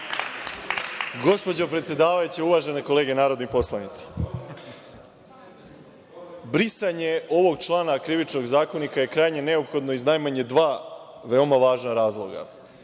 gospođo predsedavajuća, uvažene kolege narodni poslanici, brisanje ovog člana Krivičnog zakonika je krajnje neophodno iz najmanje dva veoma važna razloga. Prvi